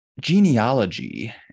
genealogy